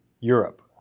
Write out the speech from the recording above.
Europe